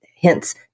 hence